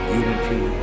unity